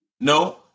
No